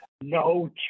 no